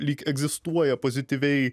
lyg egzistuoja pozityviai